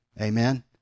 Amen